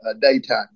daytime